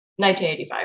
1985